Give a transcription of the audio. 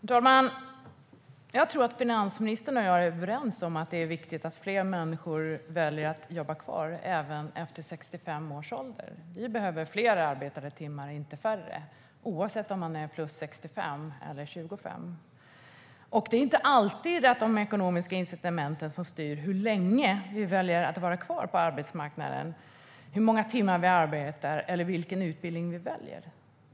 Herr talman! Jag tror att finansministern och jag är överens om att det är viktigt att fler människor väljer att jobba kvar även efter 65 års ålder. Vi behöver fler arbetade timmar, inte färre, oavsett om man är 65 plus eller 25. Det är inte alltid de ekonomiska incitamenten som styr hur länge vi väljer att vara kvar på arbetsmarknaden, hur många timmar vi arbetar eller vilken utbildning vi väljer.